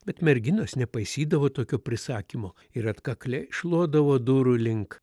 bet merginos nepaisydavo tokio prisakymo ir atkakliai šluodavo durų link